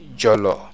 jolo